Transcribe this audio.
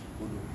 bodoh